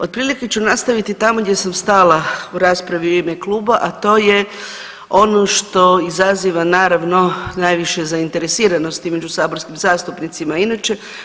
Otprilike ću nastaviti tamo gdje sam stala u raspravi u ime Kluba, a to je ono što izaziva naravno najviše zainteresiranosti među saborskim zastupnicima inače.